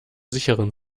sicheren